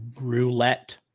roulette